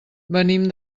venim